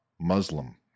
Muslim